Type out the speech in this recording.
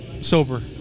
sober